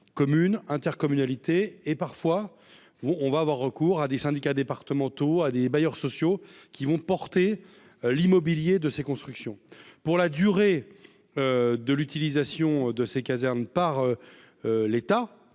commune, intercommunalité et parfois vous, on va avoir recours à des syndicats départementaux à des bailleurs sociaux qui vont porter l'immobilier de ces constructions pour la durée de l'utilisation de ces casernes par l'État